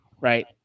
right